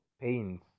pains